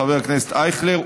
חבר הכנסת אייכלר,